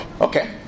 Okay